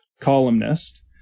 columnist